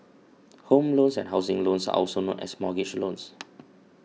home loans and housing loans are also known as mortgage loans